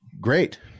Great